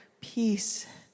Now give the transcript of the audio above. peace